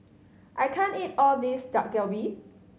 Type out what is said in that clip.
I can't eat all of this Dak Galbi